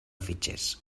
fitxers